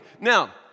Now